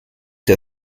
der